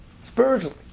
Spiritually